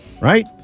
Right